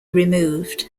removed